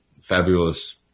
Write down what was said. fabulous